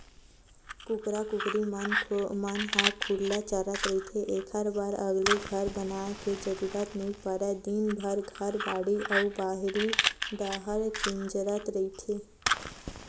कुकरा कुकरी मन ह खुल्ला चरत रहिथे एखर बर अलगे घर बनाए के जरूरत नइ परय दिनभर घर, बाड़ी अउ बाहिर डाहर किंजरत रहिथे